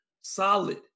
solid